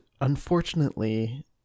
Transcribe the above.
unfortunately